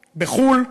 בחו"ל,